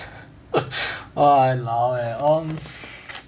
!walao! on